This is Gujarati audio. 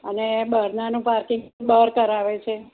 અને બહારનાનું પાર્કિંગ બાહર કરાવે છે